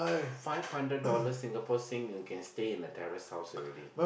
five hundred Singapore Sing you can stay in the terrace house already